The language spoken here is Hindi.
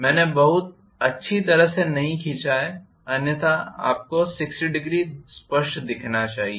मैने बहुत अच्छी तरह से नहीं खींचा है अन्यथा आपको 600 स्पष्ट दिखना चाहिए